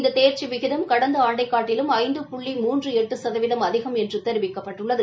இந்த தோ்ச்சி விகிதம் கடந்த ஆண்டைக் காட்டிலும் ஐந்து புள்ளி மூன்று எட்டு சதவீதம் அதிகம் என்று தெரிவிக்கப்பட்டுள்ளது